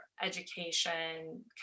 education